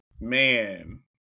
Man